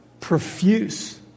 profuse